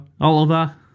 Oliver